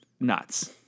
nuts